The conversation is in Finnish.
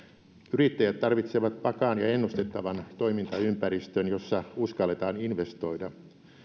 yrittäjät tarvitsevat vakaan ja ennustettavan toimintaympäristön jossa uskalletaan investoida